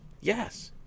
Yes